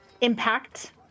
impact